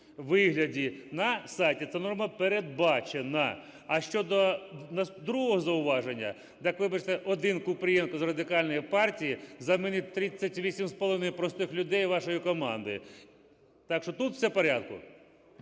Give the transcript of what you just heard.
вигляді на сайті. Ця норма передбачена. А щодо другого зауваження, так вибачте, один Купрієнко з Радикальної партії замінить 38,5 простих людей вашої команди. Так що тут все в порядку.